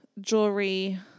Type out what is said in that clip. Jewelry